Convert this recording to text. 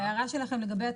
ההערה שלכם לגבי התקינות,